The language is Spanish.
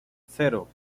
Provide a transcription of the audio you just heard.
cero